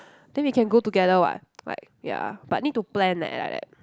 then we can go together [what] like ya but need to plan leh like that